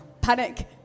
panic